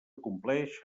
compleix